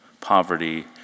poverty